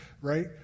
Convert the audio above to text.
right